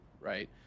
right